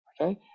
Okay